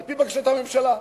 על-פי בקשת הממשלה.